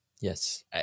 Yes